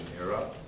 era